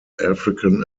african